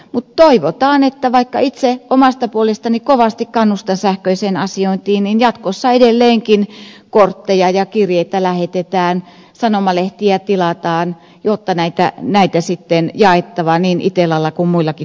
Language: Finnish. mutta toivotaan että vaikka itse omasta puolestani kovasti kannustan sähköiseen asiointiin niin jatkossa edelleenkin kortteja ja kirjeitä lähetetään sanomalehtiä tilataan jotta jaettavaa niin itellalla kuin muillakin toimijoilla riittää